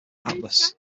atlas